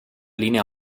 linea